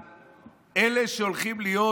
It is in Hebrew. שאלה שהולכות להיות